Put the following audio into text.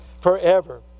forever